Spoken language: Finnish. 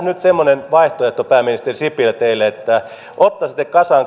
nyt semmoinen vaihtoehto pääministeri sipilä teille että ottaisitte kasaan